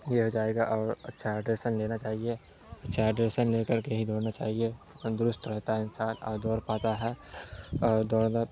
یہ ہو جائے گا اور اچھا ہایڈریسن لینا چاہیے اچھا ہائڈریسن لے کر کے ہی دوڑنا چاہیے تندرست رہتا ہے انسان اور دوڑ پاتا ہے اور دوڑنا